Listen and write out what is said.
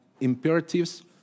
imperatives